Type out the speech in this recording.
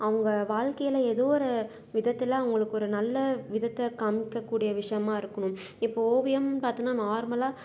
அவங்க வாழ்க்கையில் எதோ ஒரு விதத்தில் அவங்களுக்கு ஒரு நல்ல விதத்தை காண்மிக்கக்கூடிய விஷயமா இருக்கணும் இப்போது ஓவியம் பார்த்தோன்னா நார்மலாக